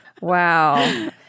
Wow